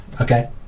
Okay